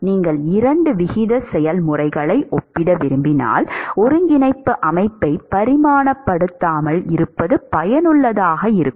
நீங்கள் இரண்டு விகித செயல்முறைகளை ஒப்பிட விரும்பினால் ஒருங்கிணைப்பு அமைப்பை பரிமாணப்படுத்தாமல் இருப்பது பயனுள்ளதாக இருக்கும்